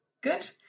Good